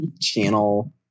channel